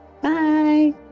Bye